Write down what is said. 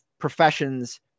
Professions